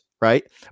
right